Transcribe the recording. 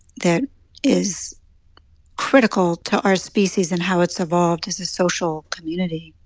that is critical to our species and how it's evolved as a social community